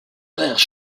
frères